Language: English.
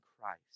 Christ